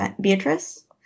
Beatrice